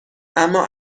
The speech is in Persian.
اما